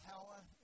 power